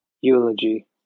eulogy